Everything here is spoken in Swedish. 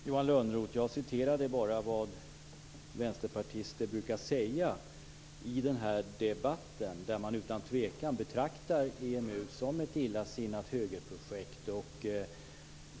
Fru talman! Jag citerade, Johan Lönnroth, vad Vänsterpartiet brukar säga i debatten. Man betraktar utan tvivel EMU som ett illasinnat högerprojekt.